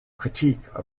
critique